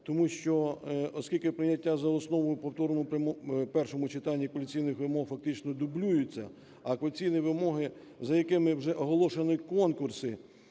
тому що, оскільки прийняття за основу у повторному першому читанні кваліфікаційних вимог фактично дублюється, а кваліфікаційні вимоги, за якими вже оголошені конкурси,